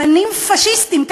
סממנים פאשיסטיים.